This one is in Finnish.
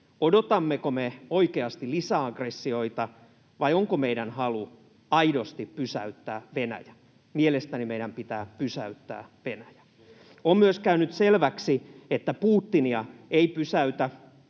Odotammeko me oikeasti lisäaggressioita, vai onko meidän halu aidosti pysäyttää Venäjä? Mielestäni meidän pitää pysäyttää Venäjä. On myös käynyt selväksi, että Putinia ei pysäytä